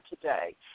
today